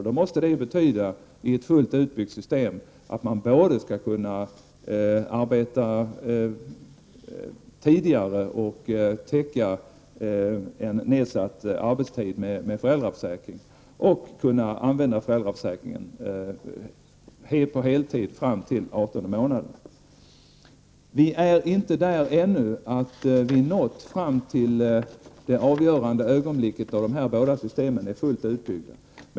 Det måste betyda att i ett fullt utbyggt system skall man både kunna börja arbeta tidigare och täcka en nedsatt arbetstid med föräldraförsäkringen och kunna använda föräldraförsäkringen på heltid fram till den artonde månaden. Vi har ännu inte nått fram till det avgörande ögonblicket då de här båda systemen är fullt utbyggda.